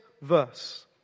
verse